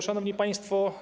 Szanowni Państwo!